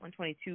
122